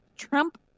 Trump